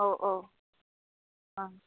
अ औ ओं